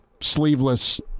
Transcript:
sleeveless